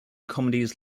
comedies